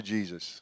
Jesus